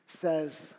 says